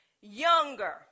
Younger